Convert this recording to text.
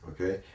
okay